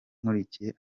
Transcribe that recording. nkurikiye